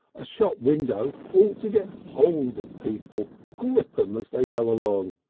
a shop window ought to get hold of people, grip em as they go along.